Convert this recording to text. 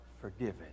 forgiven